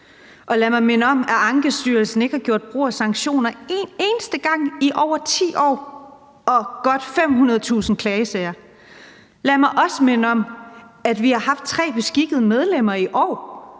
lad mig minde om, at Ankestyrelsen ikke har gjort brug af sanktioner en eneste gang i over 10 år og i godt 500.000 klagesager. Lad mig også minde om, at vi i år har haft 3 beskikkede medlemmer af